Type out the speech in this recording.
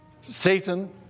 Satan